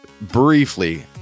briefly